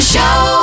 Show